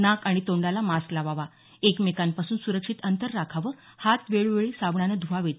नाक आणि तोंडाला मास्क लावावा एकमेकांपासून सुरक्षित अंतर राखावं हात वेळोवेळी साबणाने धुवावेत